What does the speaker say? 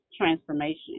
transformation